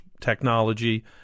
technology